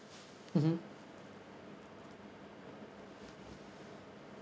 mmhmm